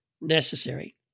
necessary